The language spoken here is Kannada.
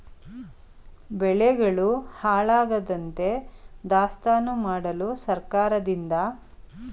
ಬೆಳೆಗಳು ಹಾಳಾಗದಂತೆ ದಾಸ್ತಾನು ಮಾಡಲು ಸರ್ಕಾರದಿಂದ ಯಾವುದಾದರು ಯೋಜನೆ ಲಭ್ಯವಿದೆಯೇ?